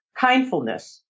Kindfulness